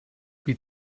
wie